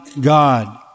God